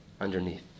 underneath